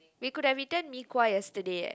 we could have eaten mee-kuah yesterday eh